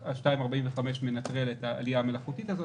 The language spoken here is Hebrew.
2.45% מנטרל את העלייה המלאכותית הזאת,